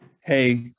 Hey